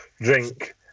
drink